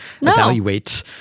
evaluate